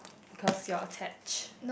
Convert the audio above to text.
because you are attached